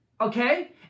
okay